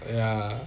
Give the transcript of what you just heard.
ya